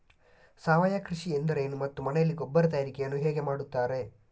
ಸಾವಯವ ಕೃಷಿ ಎಂದರೇನು ಮತ್ತು ಮನೆಯಲ್ಲಿ ಗೊಬ್ಬರ ತಯಾರಿಕೆ ಯನ್ನು ಹೇಗೆ ಮಾಡುತ್ತಾರೆ?